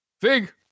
Fig